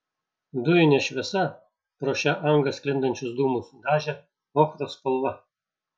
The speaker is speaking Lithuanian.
dujinė šviesa pro šią angą sklindančius dūmus dažė ochros spalva